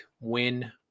win